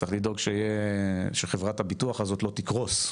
צריך לדאוג שחברת הביטוח הזאת לא תקרוס.